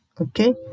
okay